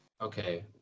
okay